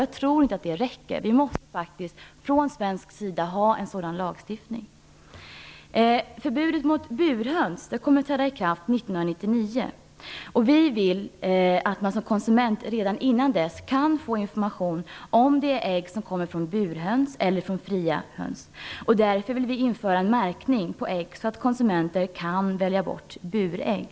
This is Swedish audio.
Jag tror inte att det räcker. Vi måste från svensk sida ha en sådan lagstiftning. Förbudet mot burhöns kommer att träda i kraft år 1999. Vi i Miljöpartiet vill att man som konsument redan innan dess skall få information om det är ägg som kommer från burhöns eller från frigående höns. Därför vill vi införa en märkning av ägg så att konsumenter kan välja bort burägg.